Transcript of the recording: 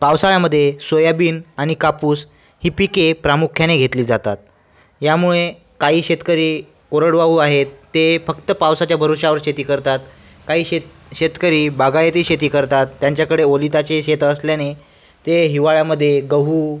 पावसाळ्यामध्ये सोयाबीन आणि कापूस ही पिके प्रामुख्याने घेतली जातात यामुळे काही शेतकरी कोरडवाहू आहेत ते फक्त पावसाच्या भरवशावर शेती करतात काही शेत शेतकरी बागायती शेती करतात त्यांच्याकडे ओलिताचे शेतं असल्याने ते हिवाळ्यामधे गहू